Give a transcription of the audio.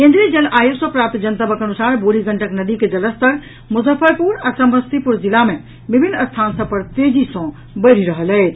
केंद्रीय जल आयोग सँ प्राप्त जनतबक अनुसार बूढ़ी गंडक नदी के जलस्तर मुजफ्फरपुर आ समस्तीपुर जिला मे विभिन्न स्थान सभ पर तेजी सँ बढ़ि रहल अछि